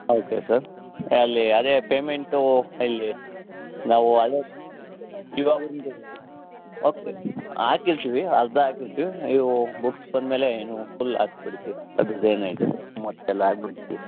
okay sir ಎಲ್ಲಿ ಅದೆ payment ಇಲ್ಲಿ ನಾವು ಅದೆ ಓಕೆ ಹಾಕಿರ್ತೀವಿ ಅರ್ಧ ಹಾಕಿರ್ತೀವಿ ಇವು ಬುಕ್ಸ್ ಬಂದಮೇಲೆ ನೀವು ಫುಲ್ ಹಾಕ್ಬಿಡ್ತೀವಿ ಅದ್ರದ್ದು ಏನು ಇದಿಲ್ಲ ಅಮೌಂಟ್ ಎಲ್ಲ ಹಾಕ್ಬಿಡ್ತೀವಿ